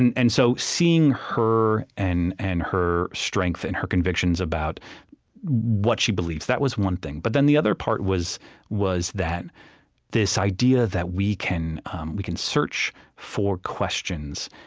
and and so, seeing her and and her strength and her convictions about what she believes that was one thing but then, the other part was was that this idea that we can um we can search for questions.